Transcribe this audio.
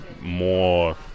more